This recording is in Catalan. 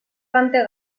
canta